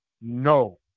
no